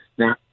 Now